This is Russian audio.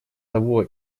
того